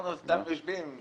אנחנו סתם יושבים,